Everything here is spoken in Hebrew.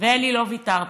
אלי, לא ויתרת.